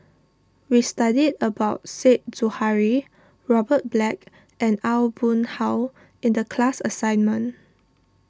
we studied about Said Zahari Robert Black and Aw Boon Haw in the class assignment